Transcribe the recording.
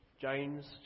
James